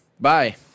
bye